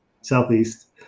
Southeast